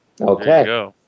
Okay